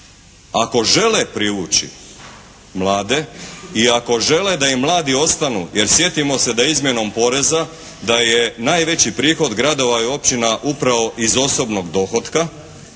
Ako žele privući mlade i ako žele da im mladi ostanu jer sjetimo da izmjenom poreza da je najveći prihod gradova i općina upravo iz osobnog dohotka,